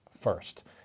first